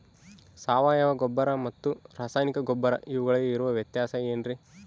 ಸಾವಯವ ಗೊಬ್ಬರ ಮತ್ತು ರಾಸಾಯನಿಕ ಗೊಬ್ಬರ ಇವುಗಳಿಗೆ ಇರುವ ವ್ಯತ್ಯಾಸ ಏನ್ರಿ?